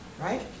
right